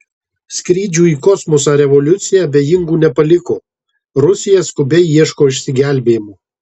skrydžių į kosmosą revoliucija abejingų nepaliko rusija skubiai ieško išsigelbėjimo